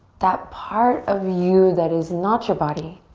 that part of you that is not your body,